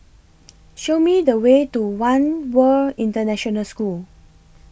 Show Me The Way to one World International School